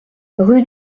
rue